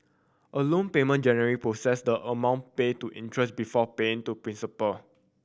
a loan payment generally process the amount paid to interest before paying to principal